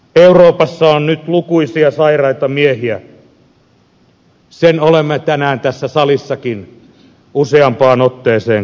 euroopassa on nyt lukuisia sairaita miehiä sen olemme tänään tässä salissakin useampaan otteeseen kuulleet